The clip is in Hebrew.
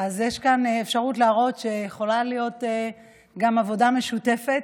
יש אפשרות להראות שיכולה להיות עבודה משותפת,